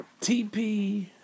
TP